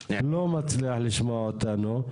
לא מצליח לשמוע אותנו.